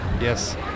Yes